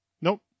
Nope